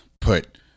put